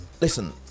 listen